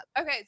Okay